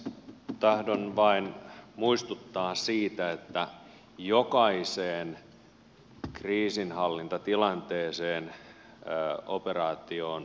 tahdon vain muistuttaa siitä että jokaiseen kriisinhallintatilanteeseen operaatioon liittyy riskejä